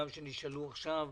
גם שנשאלו עכשיו.